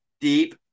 deep